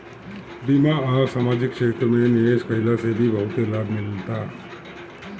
बीमा आ समाजिक क्षेत्र में निवेश कईला से भी बहुते लाभ मिलता